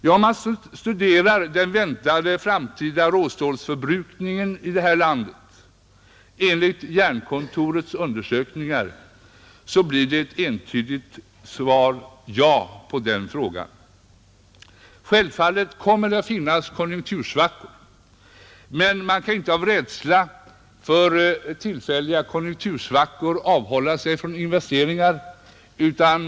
Om man studerar Jernkontorets undersökningar rörande den väntade framtida råstålsförbrukningen i Sverige blir svaret ett entydigt ja på den frågan. Självfallet kommer det att finnas konjunktursvackor, men man kan inte av rädsla för tillfälliga sådana svackor avhålla sig från investeringar.